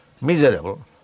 miserable